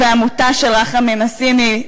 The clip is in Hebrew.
והעמותה של רחמים נסימי,